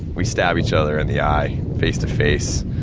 we stab each other in the eye, face to face.